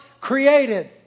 created